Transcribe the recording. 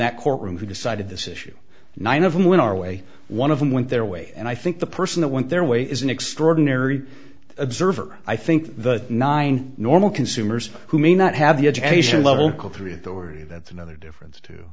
that courtroom who decided this issue nine of them went our way one of them went their way and i think the person that went their way is an extraordinary observer i think nine normal consumers who may not have the education level three authority that's another difference to